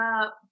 up